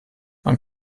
man